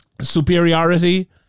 superiority